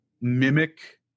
mimic